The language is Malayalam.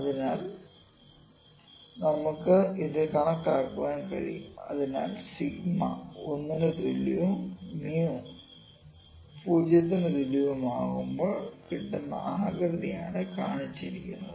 അതിനാൽ നമുക്ക് അത് കാണാൻ കഴിയും അതിനാൽ സിഗ്മ 𝞂 1 ന് തുല്യവും mu '𝛍' 0 ന് തുല്യവുമാകുമ്പോൾ കിട്ടുന്ന ആകൃതിയാണ് കാണിച്ചിരിക്കുന്നത്